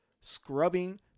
scrubbing